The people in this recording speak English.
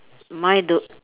mine do~